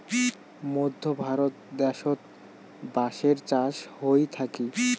মধ্য ভারত দ্যাশোত বাঁশের চাষ হই থাকি